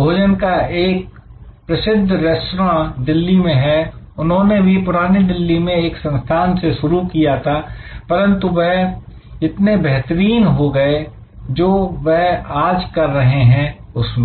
भोजन का एक प्रसिद्ध रेस्तरां दिल्ली में है उन्होंने भी पुरानी दिल्ली में एक संस्थान से शुरू किया था परंतु वह इतने बेहतरीन हो गए जो वह आज कर रहे हैं उसमें